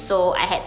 mmhmm